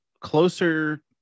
closer